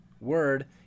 word